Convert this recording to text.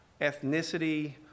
ethnicity